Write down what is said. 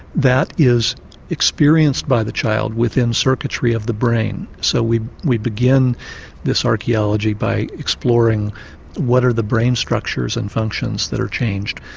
that is experienced by the child within circuitry of the brain. so we we begin this archaeology by exploring what are the brain structures and functions that are changed